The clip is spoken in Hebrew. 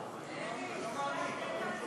אני לא מאמין.